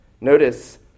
Notice